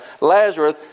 Lazarus